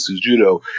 judo